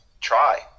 try